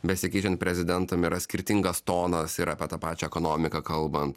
besikeičian prezidentam yra skirtingas tonas ir apie tą pačią ekonomiką kalbant